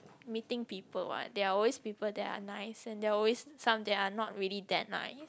meeting people what there are always people that are nice and there are always some that are not really that nice